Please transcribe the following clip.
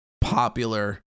popular